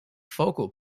focal